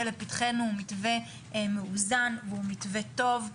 לפתחנו הוא מתווה מאוזן והוא מתווה טוב,